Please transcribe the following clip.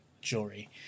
jewelry